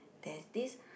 there's this